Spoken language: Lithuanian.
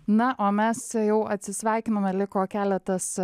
na o mes jau atsisveikinome liko keletas